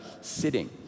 sitting